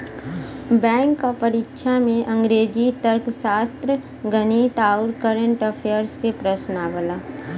bank क परीक्षा में अंग्रेजी, तर्कशास्त्र, गणित आउर कंरट अफेयर्स के प्रश्न आवला